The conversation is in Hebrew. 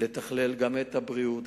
לתכלל גם את הבריאות,